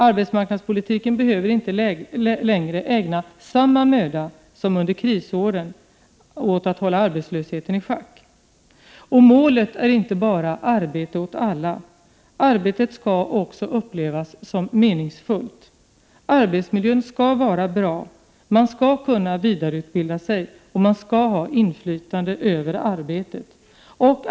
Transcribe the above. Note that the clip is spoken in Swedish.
Arbetsmarknadspolitiken behöver inte längre ägna samma möda som under krisåren åt att hålla arbetslösheten i schack. Målet är inte bara arbete åt alla. Arbetet skall också upplevas som meningsfullt. Arbetsmiljön skall vara bra, man skall kunna vidareutbilda sig och man skall ha inflytande över arbetet.